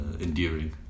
endearing